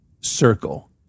circle